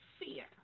fear